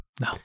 No